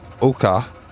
Oka